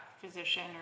physician